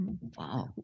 Wow